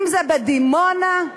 אם בדימונה,